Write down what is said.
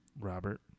Robert